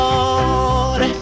Lord